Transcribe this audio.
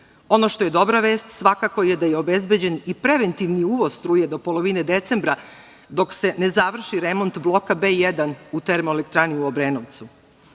Ono što je dobra vest jeste da je obezbeđen i preventivni uvoz do polovine decembra, a dok se ne završi remont Bloka B1 u termoelektrani u Obrenovcu.